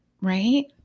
right